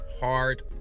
hard